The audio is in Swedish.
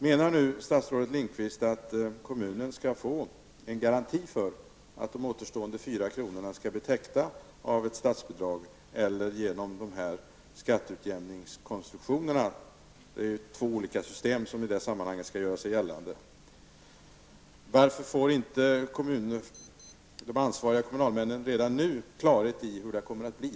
Menar statsrådet Lindqvist att kommunen skall få en garanti för att de återstående fyra kronorna skall bli täckta av ett statsbidrag eller genom skatteutjämningskonstruktionerna? Det är två olika system som i det sammanhanget skall göra sig gällande. Varför får inte de ansvariga kommunalmännen redan nu klarhet i hur det kommer att bli?